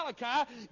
Malachi